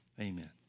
amen